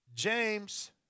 James